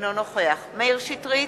אינו נוכח מאיר שטרית,